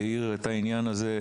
שהעיר את הנושא הזה,